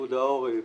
פיקוד העורף,